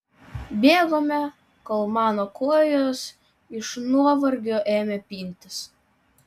bėgome kol mano kojos iš nuovargio ėmė pintis